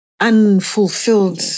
unfulfilled